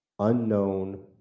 unknown